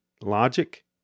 logic